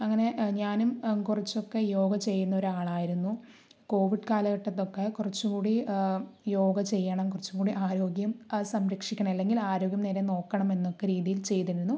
അങ്ങനെ ഞാനും കുറച്ചൊക്കെ യോഗ ചെയ്യുന്ന ഒരാളായിരുന്നു കോവിഡ് കാലഘട്ടത്തിലൊക്കെ കുറച്ച് കൂടി യോഗ ചെയ്യണം കുറച്ചും കൂടി ആരോഗ്യം സംരക്ഷിക്കണം അല്ലെങ്കിൽ ആരോഗ്യം നേരെ നോക്കണം എന്നൊക്കെ രീതിയിൽ ചെയ്തിരുന്നു